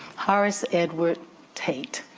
horace edward tate.